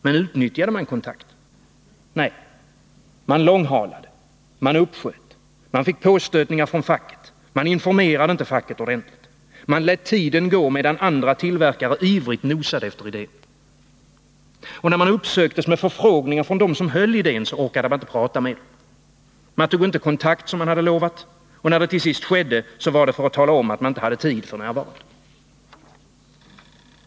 Men utnyttjade man kontakten? Nej. Man långhalade. Man uppsköt. Man fick påstötningar från facket. Man informerade inte facket ordentligt. Man lät tiden gå, medan andra tillverkare ivrigt nosade efter idén. Och när man uppsöktes med förfrågningar från dem som höll idén orkade maninte prata med dem. Man tog inte kontakt, som man hade lovat. Och när det till sist skedde var det för att tala om att man f. n. inte hade tid.